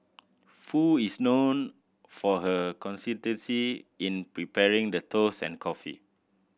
Foo is known for her consistency in preparing the toast and coffee